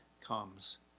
comes